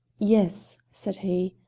yes, said he,